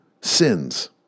sins